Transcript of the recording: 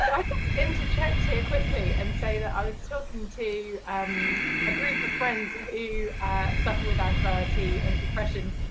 i just interject here, quickly, and say that i was talking to um a group of friends who suffer with anxiety and depression,